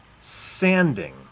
Sanding